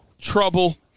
trouble